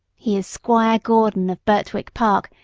he is squire gordon, of birtwick park,